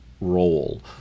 role